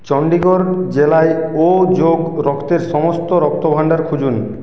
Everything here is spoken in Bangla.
চণ্ডীগড় জেলায় ও যোগ রক্তের সমস্ত রক্তভাণ্ডার খুঁজুন